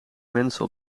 mensen